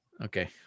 Okay